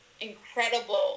incredible